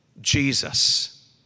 Jesus